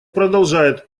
продолжает